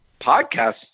podcast